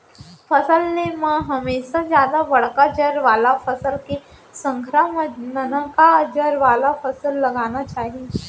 फसल ले म हमेसा जादा बड़का जर वाला फसल के संघरा म ननका जर वाला फसल लगाना चाही